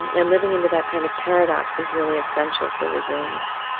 and living into that kind of paradox is really essential for resilience.